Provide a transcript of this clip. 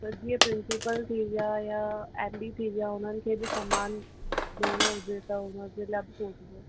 त जीअं प्रिंसिपल थी विया या एम डी थी विया हुननि खे बि सामान ॾिनो हुजे त हुनजे लाइ बि सोचिजो